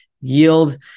yield